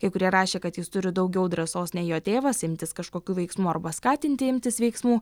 kai kurie rašė kad jis turi daugiau drąsos nei jo tėvas imtis kažkokių veiksmų arba skatinti imtis veiksmų